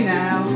now